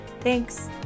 Thanks